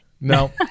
No